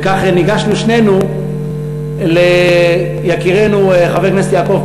וכך ניגשנו שנינו ליקירנו חבר הכנסת יעקב